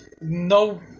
no